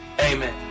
amen